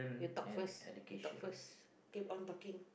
you talk first you talk first keep on talking